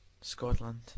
Scotland